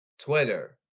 Twitter